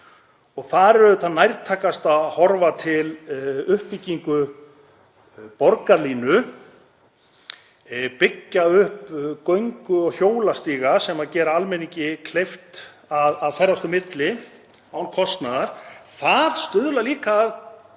Þar er nærtækast að horfa til uppbyggingar borgarlínu, byggja upp göngu- og hjólastíga sem gera almenningi kleift að ferðast á milli án kostnaðar. Það stuðlar líka að